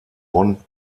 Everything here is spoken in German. bonn